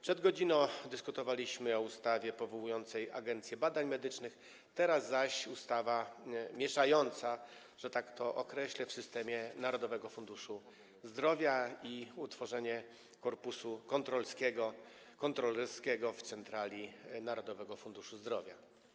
Przed godziną dyskutowaliśmy o ustawie powołującej Agencję Badań Medycznych, teraz zaś mamy ustawę mieszającą, że tak to określę, w systemie Narodowego Funduszu Zdrowia i przewidującą utworzenie korpusu kontrolerskiego w Centrali Narodowego Funduszu Zdrowia.